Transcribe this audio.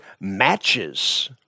matches